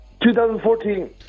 2014